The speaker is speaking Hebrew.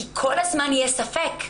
כי כל הזמן יהיה ספק.